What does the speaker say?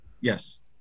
Yes